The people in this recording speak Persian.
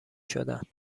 شدن